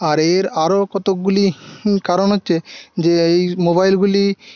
আর এর আরও কতগুলি কারণ হচ্ছে যে এই মোবাইলগুলি